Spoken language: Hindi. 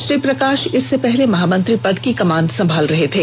श्री प्रकाश इससे पहले महामंत्री पद की कमान संभाल रहे थे